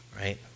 Right